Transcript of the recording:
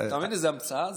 תאמין לי, זאת המצאה.